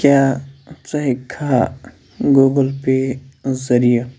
کیٛاہ ژٕ ہٮ۪کِکھا گوٗگُل پےٚ ذٔریعہِ